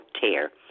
tear